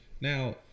Now